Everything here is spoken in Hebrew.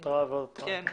שתי התראות.